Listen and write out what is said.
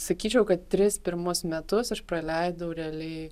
sakyčiau kad tris pirmus metus praleidau realiai